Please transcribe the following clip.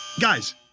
Guys